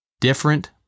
different